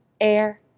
air